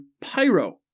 PYRO